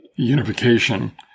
Unification